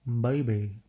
Baby